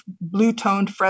blue-toned